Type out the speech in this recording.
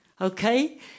Okay